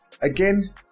again